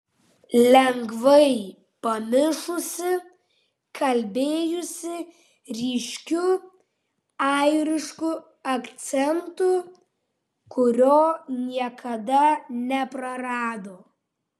lengvai pamišusi kalbėjusi ryškiu airišku akcentu kurio niekada neprarado